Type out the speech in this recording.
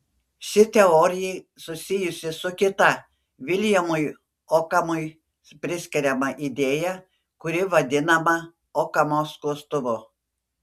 ši teorija susijusi su kita viljamui okamui priskiriama idėja kuri vadinama okamo skustuvu